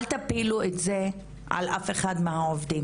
אל תפילו את זה על אף אחד מהעובדים.